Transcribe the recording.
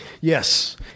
Yes